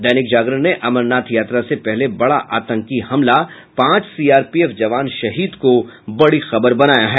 दैनिक जागरण ने अमरनाथ यात्रा से पहले बड़ा आतंकी हमला पांच सीआरपीएफ जवान शहीद को बड़ी खबर बनाया है